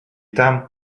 там